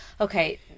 Okay